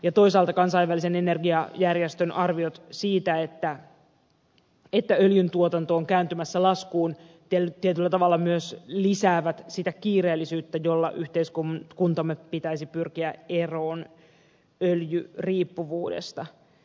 ja toisaalta kansainvälisen energiajärjestön arviot siitä että öljyntuotanto on kääntymässä laskuun tietyllä tavalla myös lisäävät sitä kiireellisyyttä jolla yhteiskuntamme pitäisi pyrkiä eroon öljyriippuvuudesta